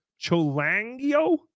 cholangio